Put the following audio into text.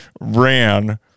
ran